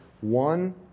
one